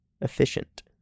efficient